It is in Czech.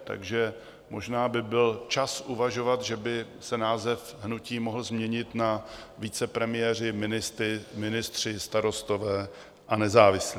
Takže možná by byl čas uvažovat, že by se název hnutí mohl změnit na Vicepremiéři, ministři, starostové a nezávislí.